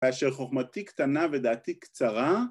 אשר חוכמתי קטנה ודעתי קצרה